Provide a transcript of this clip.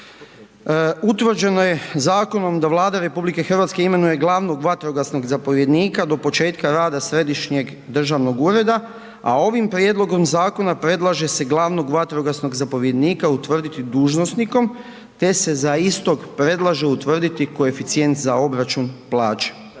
Utvrđeno je zakonom da Vlada RH imenuje glavnog vatrogasnog zapovjednika do početka rada središnjeg državnog ureda, a ovim prijedlogom zakona predlaže se glavnog vatrogasnog zapovjednika utvrditi dužnosnikom te se za istog predlaže utvrditi koeficijent za obračun plaće.